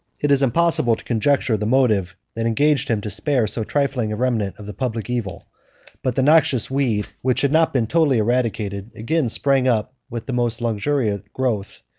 it is impossible to conjecture the motive that engaged him to spare so trifling a remnant of the public evil but the noxious weed, which had not been totally eradicated, again sprang up with the most luxuriant growth,